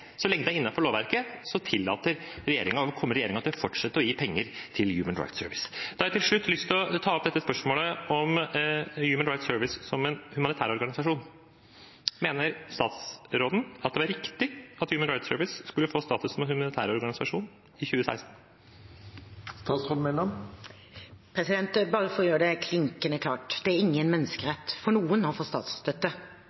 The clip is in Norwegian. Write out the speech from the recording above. Så lenge det er innenfor lovverket, kommer regjeringen til å fortsette å gi penger til Human Rights Service. Til slutt har jeg lyst til å ta opp spørsmålet om Human Rights Service som en humanitær organisasjon. Mener statsråden det var riktig at Human Rights Service skulle få status som en humanitær organisasjon i 2016? Bare for å gjøre det klinkende klart: Det er ingen